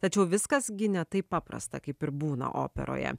tačiau viskas gi ne taip paprasta kaip ir būna operoje